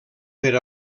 per